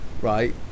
Right